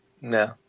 No